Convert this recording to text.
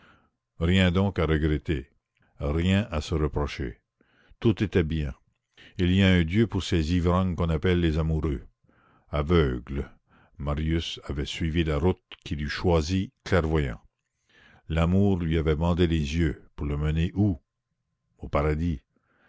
rien donc à regretter rien à se reprocher tout était bien il y a un dieu pour ces ivrognes qu'on appelle les amoureux aveugle marius avait suivi la route qu'il eût choisie clairvoyant l'amour lui avait bandé les yeux pour le mener où au paradis